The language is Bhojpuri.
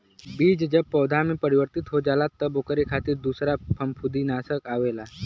बीज जब पौधा में परिवर्तित हो जाला तब ओकरे खातिर दूसर फंफूदनाशक आवेला